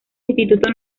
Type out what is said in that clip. instituto